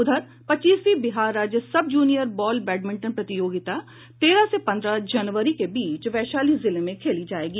उधर पच्चीसवीं बिहार राज्य सब जूनियर बॉल बैडमिंटन प्रतियोगिता तेरह से पन्द्रह जनवरी के बीच वैशाली जिले में खेली जायेगी